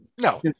No